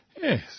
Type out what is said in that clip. Yes